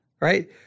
right